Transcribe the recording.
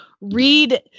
read